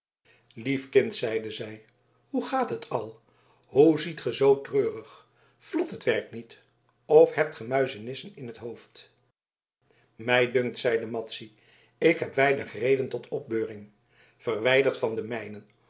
lief kind zeide zij hoe gaat het al hoe ziet ge zoo treurig vlot het werk niet of hebt ge muizenissen in t hoofd mij dunkt zeide madzy ik heb weinig reden tot opbeuring verwijderd van de mijnen